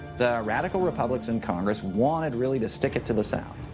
the radical republicans in congress wanted really to stick it to the south.